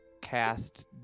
cast